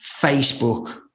Facebook